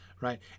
right